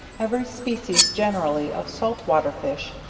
every species generally of salt water fish,